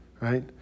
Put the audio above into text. right